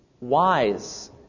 wise